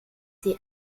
sie